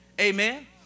Amen